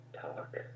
talk